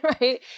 right